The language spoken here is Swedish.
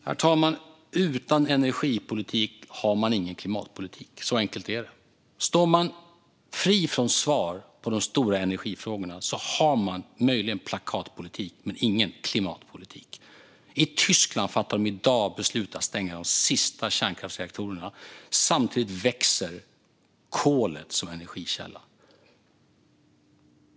Herr talman! Utan energipolitik har man ingen klimatpolitik - så enkelt är det. Står man utan svar på de stora energifrågorna har man möjligen plakatpolitik men ingen klimatpolitik. I Tyskland fattar man i dag beslut om att stänga de sista kärnkraftsreaktorerna. Samtidigt växer kolet som energikälla.